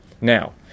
Now